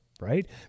right